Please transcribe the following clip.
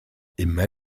immer